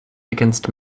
against